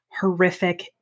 horrific